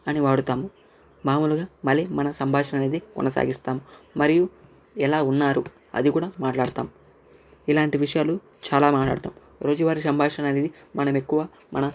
అని వాడుతాం మామూలుగా మళ్ళీ మన సంభాషణ అనేది కొనసాగిస్తాం మరియు ఎలా ఉన్నారు అది కూడా మాట్లాడతాం ఇలాంటి విషయాలు చాలా మాట్లాడుతాం రోజువారి సంభాషణ అనేది మనం ఎక్కువ మన